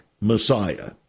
Messiah